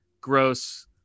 gross